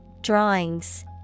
Drawings